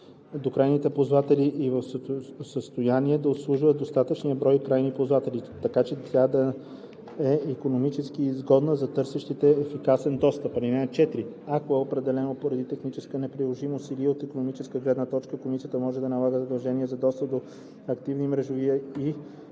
до крайните ползватели и е в състояние да обслужва достатъчен брой крайни ползватели, така че тя да е икономически изгодна за търсещите ефикасен достъп. (4) Ако е оправдано поради техническа неприложимост или от икономическа гледна точка, комисията може да налага задължения за достъп до активни мрежови